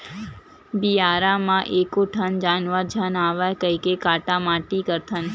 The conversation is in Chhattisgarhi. बियारा म एको ठन जानवर झन आवय कहिके काटा माटी करथन